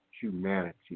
humanity